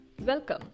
welcome